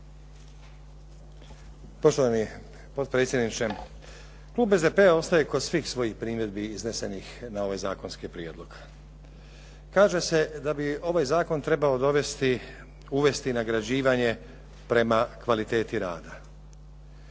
Poštovani potpredsjedniče. Klub SDP-a ostaje kod svih svojih primjedbi iznesenih na ovaj zakonski prijedlog. Kaže se da bi ovaj zakon trebao dovesti, uvesti nagrađivanje prema kvaliteti rada.